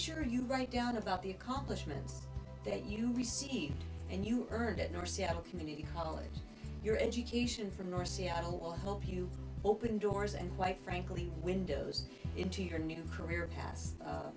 sure you write down about the accomplishments that you received and you earned it nor seattle community college your education from your seattle will help you open doors and quite frankly windows into your new career paths